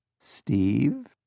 Steve